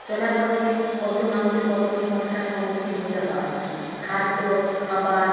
চলার পথে কত মানুষের কত সমস্যার সম্মুখীন হতে হয় খাদ্য খাবার